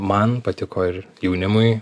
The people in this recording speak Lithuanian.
man patiko ir jaunimui